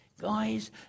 Guys